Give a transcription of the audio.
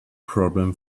problem